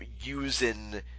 using